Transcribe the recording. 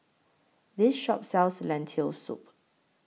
This Shop sells Lentil Soup